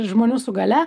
žmonių su galia